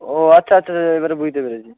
ও আচ্ছা আচ্ছা এইবারে বুঝতে পেরেছি